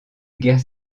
guerre